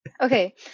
okay